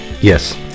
Yes